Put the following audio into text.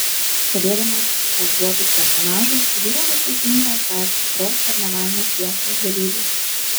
stebėdamas šaržuotus personažus žiūrovas pasijunta esąs tikros karnavalinės fiestos dalyviu